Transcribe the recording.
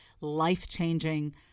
life-changing